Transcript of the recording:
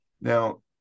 Now